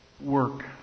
work